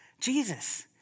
Jesus